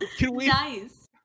Nice